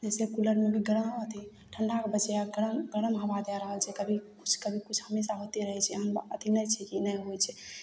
जैसे कूलरमे अभी गरम अथी ठण्डाके वजह गरम हवा दए रहल छै कभी किछु कभी किछु हमेशा होते रहय छै एहन अथी नहि छै कि नहि होइ छै